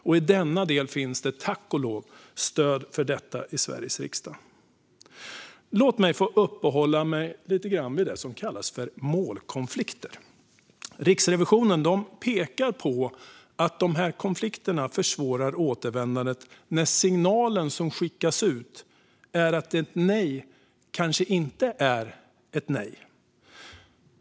I denna del finns det tack och lov stöd i Sveriges riksdag. Låt mig få uppehålla mig lite grann vid det som kallas målkonflikter. Riksrevisionen pekar på att dessa konflikter försvårar återvändandet när den signal som skickas ut är att ett nej kanske inte är ett nej.